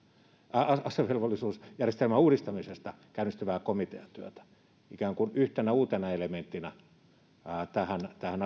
asevelvollisuusjärjestelmän uudistamisesta käynnistyvää komiteatyötä ikään kuin yhtenä uutena elementtinä tähän tähän